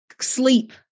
sleep